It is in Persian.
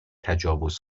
تجاوز